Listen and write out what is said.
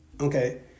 Okay